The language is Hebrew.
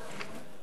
כן.